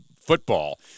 football